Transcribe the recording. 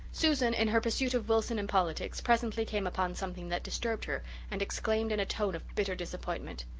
susan, in her pursuit of wilson and politics, presently came upon something that disturbed her and exclaimed in a tone of bitter disappointment,